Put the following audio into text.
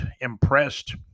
impressed